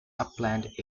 upland